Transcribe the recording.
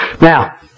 Now